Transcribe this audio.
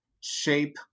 shape